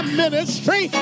ministry